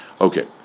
Okay